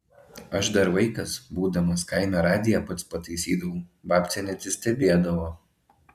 aš dar vaikas būdamas kaime radiją pats pataisydavau babcė neatsistebėdavo